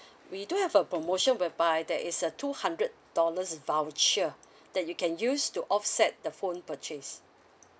we do have a promotion whereby there is a two hundred dollars voucher that you can use to offset the phone purchase